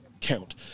count